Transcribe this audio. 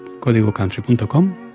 CódigoCountry.com